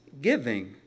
giving